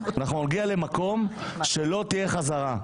אנחנו נגיע למקום שלא תהיה חזרה.